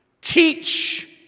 teach